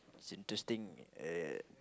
it's interesting uh